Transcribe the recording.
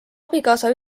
abikaasa